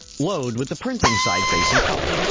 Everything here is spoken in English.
load with the printing side facing up.